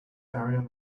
ariane